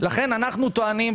לכן אנחנו טוענים,